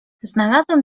znalazłem